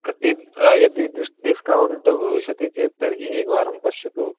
कति यदि डिश्कौण्ट् भविष्यति चेत् तर्हि एकवारं पश्यतु